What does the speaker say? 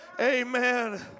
Amen